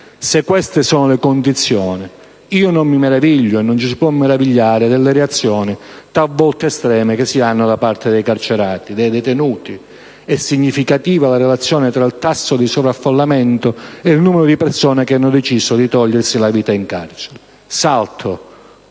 Se queste sono le condizioni, non ci si può meravigliare delle reazioni, talvolta estreme, da parte dei carcerati: è significativa la relazione tra il tasso di sovraffollamento e il numero di persone che hanno deciso di togliersi la vita in carcere. Da